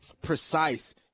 precise